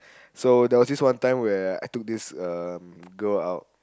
so there was this one time where I took this um girl out